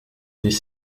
des